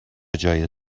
جای